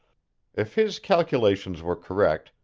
if his calculations were correct,